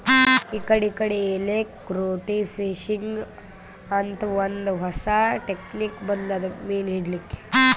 ಇಕಡಿ ಇಕಡಿ ಎಲೆಕ್ರ್ಟೋಫಿಶಿಂಗ್ ಅಂತ್ ಒಂದ್ ಹೊಸಾ ಟೆಕ್ನಿಕ್ ಬಂದದ್ ಮೀನ್ ಹಿಡ್ಲಿಕ್ಕ್